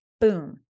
boom